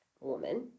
woman